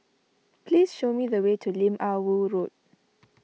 please show me the way to Lim Ah Woo Road